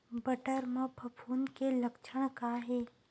बटर म फफूंद के लक्षण का हे?